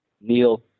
Neil